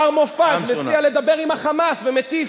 מר מופז מציע לדבר עם ה"חמאס", ומטיף.